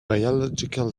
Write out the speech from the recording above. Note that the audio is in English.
biological